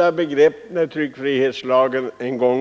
här gjort ett slags lagtolkning.